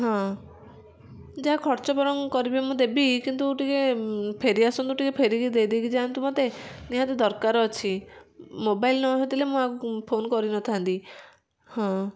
ହଁ ଯାହା ଖର୍ଚ୍ଚ ବରଂ କରିବେ ମୁଁ ଦେବି କିନ୍ତୁ ଟିକେ ଫେରି ଆସନ୍ତୁ ଟିକେ ଫେରିକି ଦେଇ ଦେଇକି ଯାଆନ୍ତୁ ମୋତେ ନିହାତି ଦରକାର ଅଛି ମୋବାଇଲ୍ ନହେଇଥିଲେ ମୁଁ ଆଉ ଫୋନ୍ କରି ନଥାନ୍ତି ହଁ